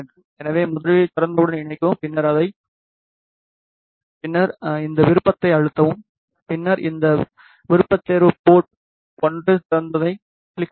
எனவே முதலில் திறந்தவுடன் இணைக்கவும் பின்னர் இந்த விருப்பத்தை அழுத்தவும் பின்னர் இந்த விருப்பத்தேர்வு போர்ட் 1 திறந்ததைக் கிளிக் செய்யவும்